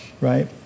right